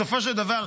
בסופו של דבר,